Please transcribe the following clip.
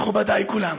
מכובדיי כולם,